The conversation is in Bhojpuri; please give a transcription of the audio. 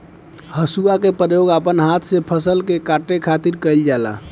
हसुआ के प्रयोग अपना हाथ से फसल के काटे खातिर कईल जाला